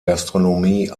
gastronomie